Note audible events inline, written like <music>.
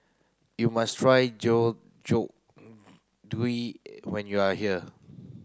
you must try <unintelligible> when you are here